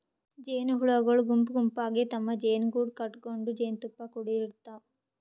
ಜೇನಹುಳಗೊಳ್ ಗುಂಪ್ ಗುಂಪಾಗಿ ತಮ್ಮ್ ಜೇನುಗೂಡು ಕಟಗೊಂಡ್ ಜೇನ್ತುಪ್ಪಾ ಕುಡಿಡ್ತಾವ್